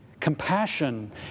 compassion